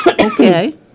okay